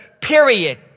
period